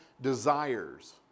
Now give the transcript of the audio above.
desires